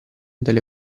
delle